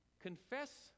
confess